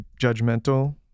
judgmental